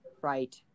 Right